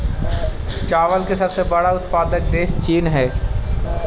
चावल के सबसे बड़ा उत्पादक देश चीन हइ